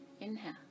Inhale